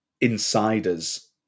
insiders